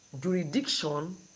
jurisdiction